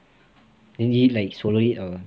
then did you like swallow it or